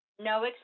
no